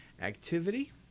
activity